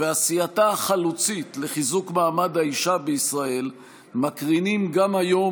ועשייתה החלוצית לחיזוק מעמד האישה בישראל מקרינות גם כיום